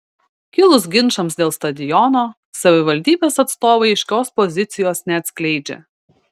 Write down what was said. kilus ginčams dėl stadiono savivaldybės atstovai aiškios pozicijos neatskleidžia